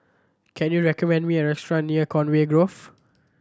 can you recommend me a restaurant near Conway Grove